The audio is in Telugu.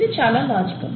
ఇది చాలా లాజికల్